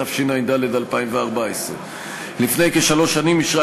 התשע"ד 2014. לפני כשלוש שנים אישרה